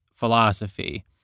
philosophy